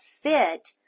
fit